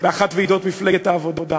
באחת מוועידות מפלגת העבודה: